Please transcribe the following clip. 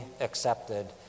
accepted